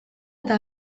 eta